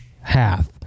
Half